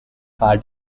fire